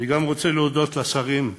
אני גם רוצה להודות לשרים.